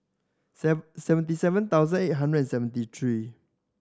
seventy seven thousand eight hundred and seventy three